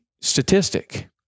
statistic